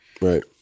Right